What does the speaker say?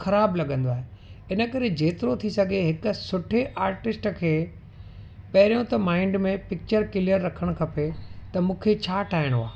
ख़राबु लॻंदो आहे इन करे जेतिरो थी सघे हिकु सुठे आर्टिस्ट खे पहिरियों त माइंड में पिच्चर क्लीअर रखणु खपे त मूंखे छा ठाहिणो आहे